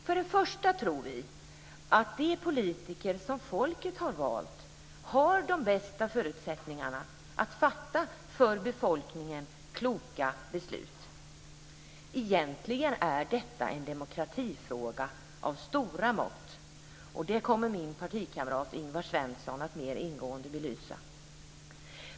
För det första tror vi att de politiker som folket har valt har de bästa förutsättningarna att fatta för befolkningen kloka beslut. Egentligen är detta en demokratifråga av stora mått, och det kommer min partikamrat Ingvar Svensson att mer ingående belysa.